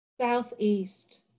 Southeast